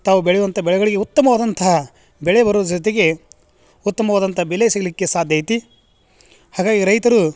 ತಾವು ಬೆಳೆವಂಥ ಬೆಳೆಗಳಿಗೆ ಉತ್ತಮವಾದಂತಹ ಬೆಳೆ ಬರು ಜೊತೆಗೆ ಉತ್ತಮವಾದಂತಹ ಬೆಲೆ ಸಿಗಲಿಕ್ಕೆ ಸಾಧ್ಯ ಐತಿ ಹಾಗಾಗಿ ರೈತರು